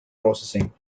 processing